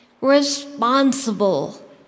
responsible